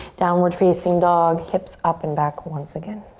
downward facing dog hips up and back once again.